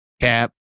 Cap